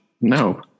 No